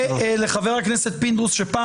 203. אני מודה לחבר הכנסת פינדרוס שהציג שוב